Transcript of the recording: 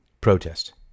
protest